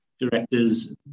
directors